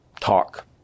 talk